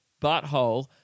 butthole